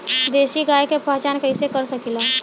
देशी गाय के पहचान कइसे कर सकीला?